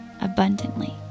abundantly